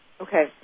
Okay